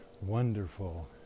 wonderful